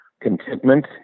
contentment